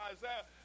Isaiah